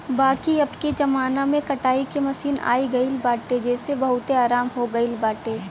बाकी अबके जमाना में कटाई के मशीन आई गईल बाटे जेसे बहुते आराम हो गईल बाटे